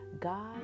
God